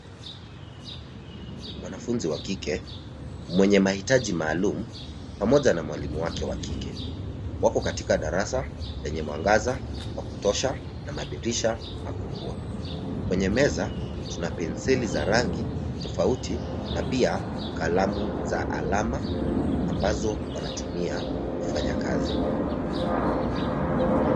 Mwanafunzi wa kike mwenye maitaji maalum, pamoja na mwalimu wake wakike .Wako katika darasa yenye mwangaza wa kutuosha na madirisha makubwa. Kwenye meza tuna penseli tofauti na pia kalamu za alama ambazo wanatumia kufanya kazi.